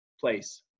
place